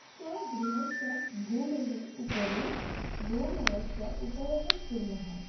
स्वगृहस्य भूमेः उपरि गोमयस्य उपयोगं कुर्मः